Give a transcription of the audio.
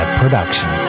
production